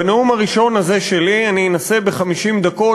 בנאום הראשון הזה שלי אני אנסה ב-50 דקות